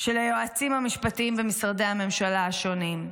של היועצים המשפטיים במשרדי הממשלה השונים,